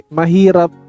mahirap